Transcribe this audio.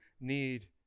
need